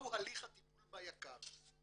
הטיפול ביק"ר.